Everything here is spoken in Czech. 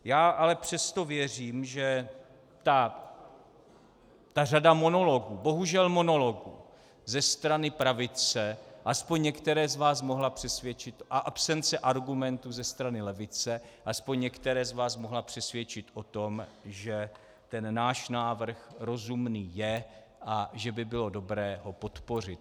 Já ale přesto věřím, že ta řada monologů, bohužel monologů ze strany pravice, aspoň některé z vás mohla přesvědčit a absence argumentů ze strany levice aspoň některé z vás mohla přesvědčit o tom, že náš návrh rozumný je a že by bylo dobré ho podpořit.